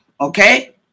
okay